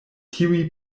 tiuj